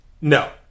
no